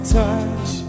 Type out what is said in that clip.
touch